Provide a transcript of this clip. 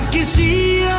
asea,